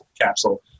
capsule